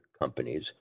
companies